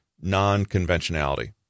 non-conventionality